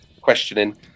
questioning